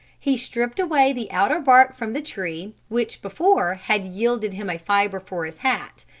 he stripped away the outer bark from the tree, which before had yielded him a fibre for his hat,